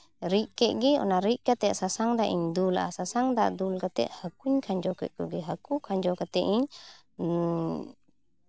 ᱨᱤᱫ ᱠᱮᱫ ᱜᱮ ᱚᱱᱟ ᱨᱤᱫ ᱠᱟᱛᱮᱫ ᱥᱟᱥᱟᱝ ᱫᱟᱜ ᱤᱧ ᱫᱩᱞᱟᱜᱼᱟ ᱥᱟᱥᱟᱝ ᱫᱟᱜ ᱫᱩᱞ ᱠᱟᱛᱮᱫ ᱦᱟᱹᱠᱩᱧ ᱠᱷᱟᱸᱡᱚ ᱠᱮᱫ ᱠᱚᱜᱮ ᱦᱟᱹᱠᱩ ᱠᱷᱟᱡᱚ ᱠᱟᱛᱮᱫ ᱤᱧ